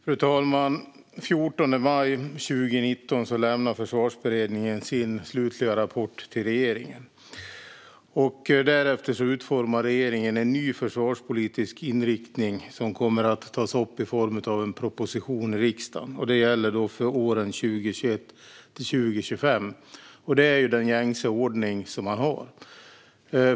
Fru talman! Den 14 maj 2019 lämnar Försvarsberedningen sin slutliga rapport till regeringen. Därefter utformar regeringen en ny försvarspolitisk inriktning som kommer att tas upp i form av en proposition i riksdagen. Det gäller då åren 2021-2025. Det är den gängse ordningen.